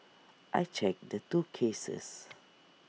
I checked the two cases